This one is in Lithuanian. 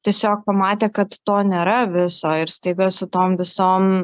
tiesiog pamatė kad to nėra viso ir staiga su tom visom